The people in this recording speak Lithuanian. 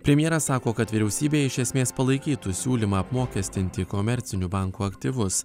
premjeras sako kad vyriausybė iš esmės palaikytų siūlymą apmokestinti komercinių bankų aktyvus